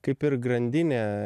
kaip ir grandinė